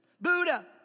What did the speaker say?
Buddha